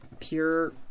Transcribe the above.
pure